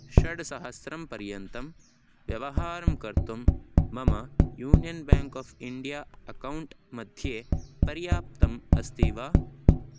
षड्सहस्रं पर्यन्तं व्यवहारं कर्तुं मम union bank of India account मध्ये पर्याप्तम् अस्ति वा